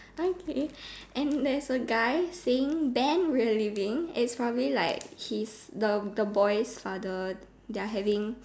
okay and there's a guy saying Ben we're leaving it's probably like his the the boys father their having